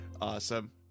Awesome